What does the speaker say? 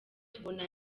tubona